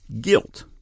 Guilt